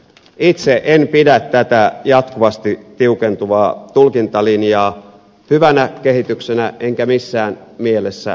itse en pidä tätä jatkuvasti tiukentuvaa tulkintalinjaa hyvänä kehityksenä enkä missään mielessä ongelmattomana kehityksenä